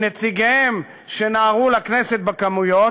עם נציגיהם, שנהרו לכנסת בכמויות,